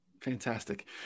Fantastic